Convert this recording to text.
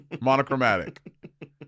monochromatic